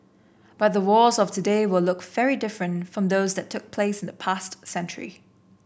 but the wars of today will look very different from those that took place in the past century